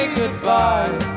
goodbye